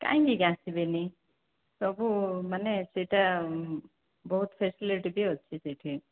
କାଇଁକି ଏଗା ଆସିବେନି ସବୁ ମାନେ ସେଇଟା ବହୁତ ଫ୍ୟାସିଲିଟି ବି ଅଛି ସେଠି